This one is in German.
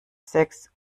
sechs